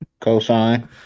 Cosine